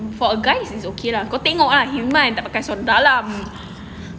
for guys it's okay lah kau tengok lah himan takde pakai seluar dalam